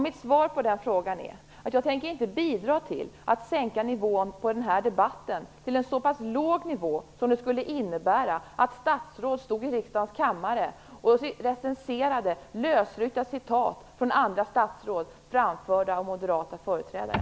Mitt svar på den frågan är att jag inte tänker bidra till att sänka nivån på den här debatten till en så pass låg nivå som det skulle innebära att statsråd stod i riksdagens kammare och recenserade lösryckta citat från andra statsråd framförda av moderata företrädare.